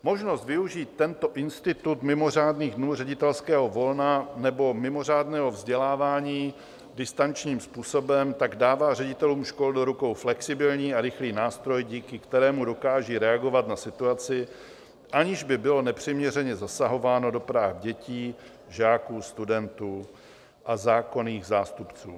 Možnost využít institut mimořádných dnů ředitelského volna nebo mimořádného vzdělávání distančním způsobem tak dává ředitelům škol do rukou flexibilní a rychlý nástroj, díky kterému dokážou reagovat na situaci, aniž by bylo nepřiměřeně zasahováno do práv dětí, žáků a studentů a zákonných zástupců.